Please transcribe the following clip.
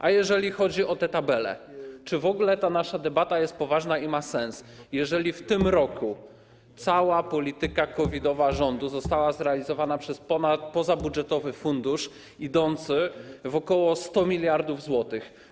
A jeżeli chodzi o te tabele, to czy w ogóle ta nasza debata jest poważna i ma sens, jeżeli w tym roku cała polityka COVID-owa rządu została zrealizowana przez pozabudżetowy fundusz idący w ok. 100 mld zł?